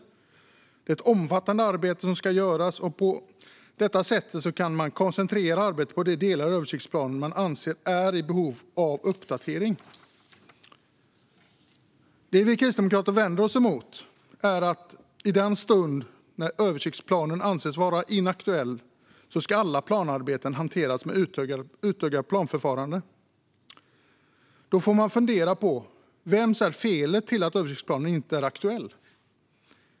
Det är ett omfattande arbete som ska göras, och på detta sätt kan man koncentrera arbetet på de delar i översiktsplanen som man anser är i behov av uppdatering. Det vi kristdemokrater vänder oss mot är att i den stund översiktsplanen anses vara inaktuell ska alla planarbeten hanteras med utökade planförfaranden. Då får man fundera på vems felet är att översiktsplanen inte är aktuell.